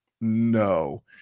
no